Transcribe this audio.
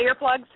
earplugs